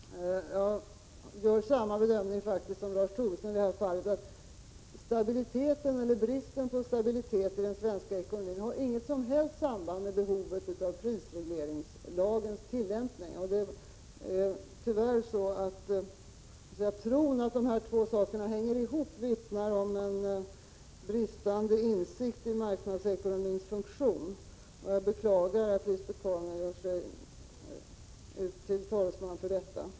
Herr talman! Jag gör samma bedömning som Lars Tobisson i det här fallet, nämligen att stabiliteten eller bristen på stabilitet i den svenska ekonomin inte har något som helst samband med behovet av tillämpning av prisregleringslagen. Tron att dessa två saker hänger ihop vittnar tyvärr om bristande insikt i marknadsekonomins funktion. Jag beklagar att Lisbet Calner gör sig till talesman för detta.